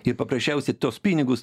ir paprasčiausiai tuos pinigus